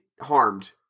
harmed